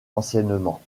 anciennement